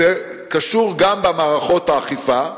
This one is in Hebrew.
זה קשור גם במערכות האכיפה,